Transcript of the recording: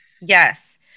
Yes